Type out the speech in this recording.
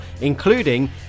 including